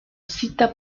cita